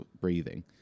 breathing